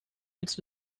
its